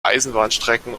eisenbahnstrecken